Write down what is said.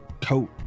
coat